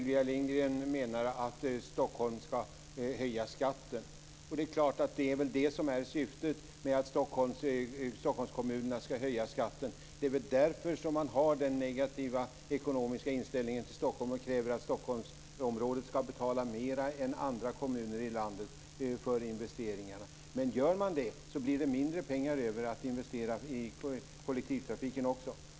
Fru talman! Sylvia Lindgren menar att Stockholm ska höja skatten. Det är väl därför som man har den ekonomiskt negativa inställningen till Stockholm och kräver att Stockholmsområdet ska betala mer än andra kommuner i landet för investeringarna. Men gör man det blir det mindre pengar över för att investera också i kollektivtrafiken.